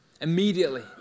Immediately